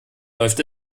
läuft